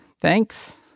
Thanks